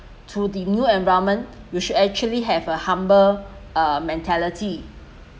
to the new environment you should actually have a humble uh mentality